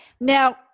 Now